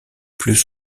plus